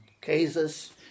cases